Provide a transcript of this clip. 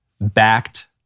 backed